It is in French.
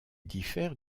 diffère